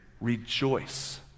rejoice